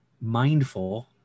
mindful